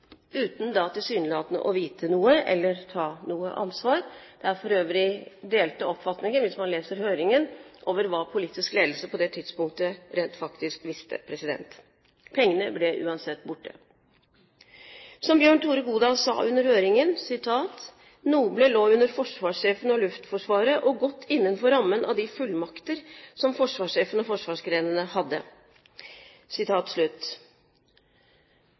uten da tilsynelatende å vite noe eller å ta ansvar. Det er for øvrig delte oppfatninger, hvis man leser høringen, om hva politisk ledelse på det tidspunktet rent faktisk visste. Pengene ble uansett borte. Som Bjørn Tore Godal sa under høringen: «NOBLE lå under forsvarssjefen og Luftforsvaret, og godt innenfor rammen av de fullmakter som forsvarssjefen og forsvarsgrenene hadde.»